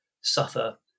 suffer